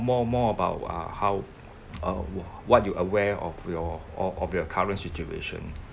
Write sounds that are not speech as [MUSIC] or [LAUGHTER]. more more about ah how [NOISE] uh what you aware of your o~ of your current situation